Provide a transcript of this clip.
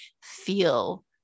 feel